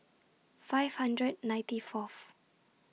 five hundred ninety Fourth